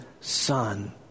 Son